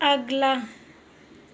अगला